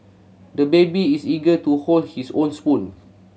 the baby is eager to hold his own spoon